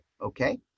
okay